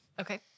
Okay